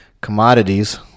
commodities